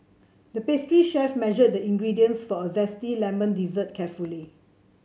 the pastry chef measured the ingredients for a zesty lemon dessert carefully